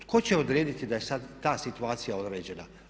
Tko će odrediti da je sada ta situacija određena?